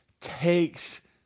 takes